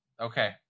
Okay